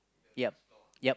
yup yup